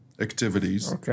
activities